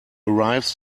arrive